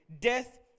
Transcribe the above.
death